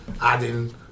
adding